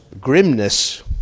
grimness